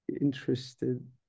interested